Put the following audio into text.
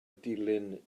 dilin